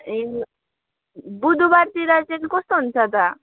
ए बुधवारतिर चाहिँ कस्तो हुन्छ त